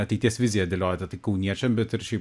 ateities viziją dėliojote tai kauniečiam bet ir šiaip